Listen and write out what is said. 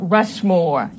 Rushmore